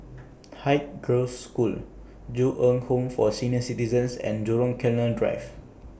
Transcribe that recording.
Haig Girls' School Ju Eng Home For Senior Citizens and Jurong Canal Drive